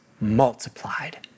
multiplied